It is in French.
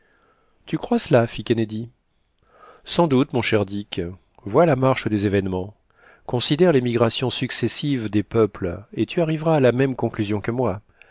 tu crois cela fit kennedy sans doute mon cher dick vois la marche des événements considère les migrations successives des peuples et tu arriveras à la même conclusion que moi